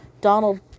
Donald